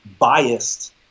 biased